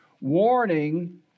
warning